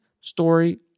story